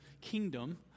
kingdom